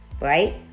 right